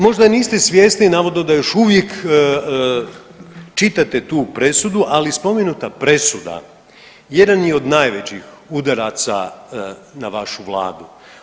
Možda niste svjesni, navodno da još uvijek čitate tu presudu, ali spomenuta presuda jedan je od najvećih udaraca na vašu Vladu.